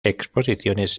exposiciones